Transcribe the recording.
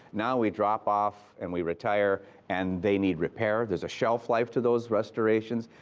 now we drop off and we retire and they need repair. there's a shelf life to those restorations,